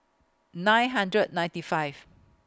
nine hundred ninety five